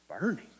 burning